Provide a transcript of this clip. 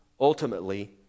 ultimately